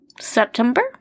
September